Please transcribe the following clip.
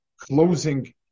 closing